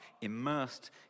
immersed